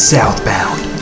Southbound